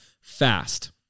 fast